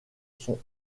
sont